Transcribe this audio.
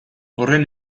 horren